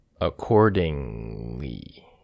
accordingly